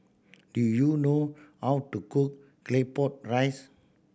do you know how to cook Claypot Rice